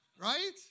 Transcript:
Right